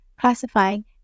classifying